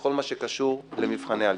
בכל מה שקשור למבחני הלשכה.